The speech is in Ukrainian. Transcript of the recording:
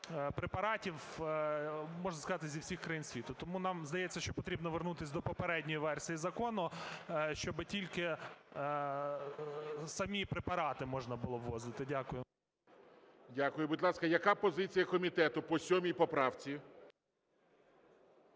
препаратів, можна сказати, зі всіх країн світу. Тому нам здається, що потрібно вернутися до попередньої версії закону, щоби тільки самі препарати можна було ввозити. Дякую. ГОЛОВУЮЧИЙ. Дякую. Будь ласка, яка позиція комітету по 7 поправці?